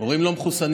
הורים לא מחוסנים,